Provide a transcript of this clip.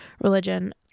religion